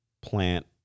plant